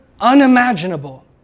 unimaginable